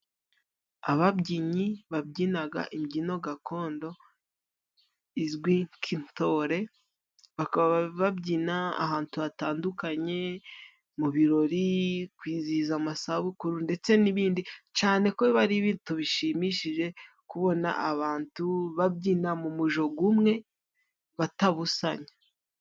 Ababyinnyi babyina imbyino gakondo izwi nk'intore, bakaba babyina ahantu hatandukanye, mu birori, kwizihiza amasabukuru, ndetse n'indi, cyane ko biba ari ibintu bishimishije, kubona abantu babyina mu mujyo umwe, batabusanya.